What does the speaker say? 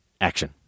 action